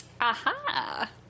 aha